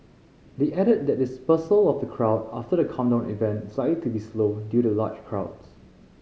they added that dispersal of the crowd after the countdown event is likely to be slow due to large crowds